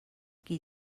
qui